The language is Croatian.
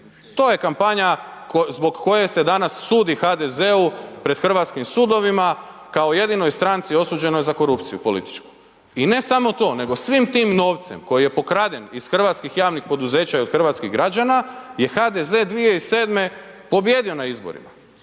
To je kampanje zbog koje se danas sudi HDZ-u pred hrvatskim sudovima kao jedinoj stranci osuđenoj za korupciju političku. I ne samo to nego svim tim novcem koji je pokraden iz hrvatskih javnih poduzeća i od hrvatskih građana je HDZ 2007. pobijedio na izborima